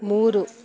ಮೂರು